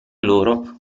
loro